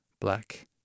black